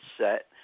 set